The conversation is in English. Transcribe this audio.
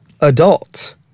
adult